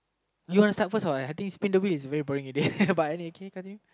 you want to start first or I think spin the wheel is quite boring already but anyway K continue